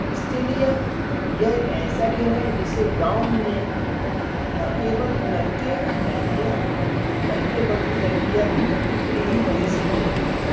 استلیا یہ ایک ایسا کھیل ہے جسے گاؤں میں نہ كیول لڑکے لڑکیاں لڑکے بلکہ لڑکیاں بھی اتنے ہی مزے سے کھیلتی ہیں